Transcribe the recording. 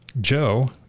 Joe